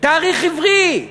תאריך עברי.